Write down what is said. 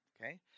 okay